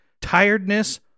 Tiredness